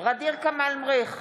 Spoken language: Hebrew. ע'דיר כמאל מריח,